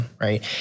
Right